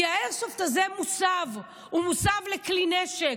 כי האיירסופט הזה מוסב, הוא מוסב לכלי נשק.